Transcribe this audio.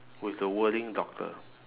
with the wording doctor